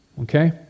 Okay